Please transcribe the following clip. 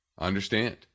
understand